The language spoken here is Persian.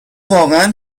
واقعا